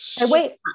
Wait